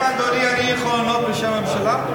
האם אדוני, אני יכול לענות בשם הממשלה?